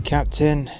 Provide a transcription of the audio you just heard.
Captain